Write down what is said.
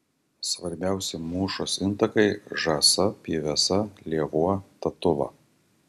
svarbiausi mūšos intakai žąsa pyvesa lėvuo tatula